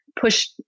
push